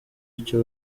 icyo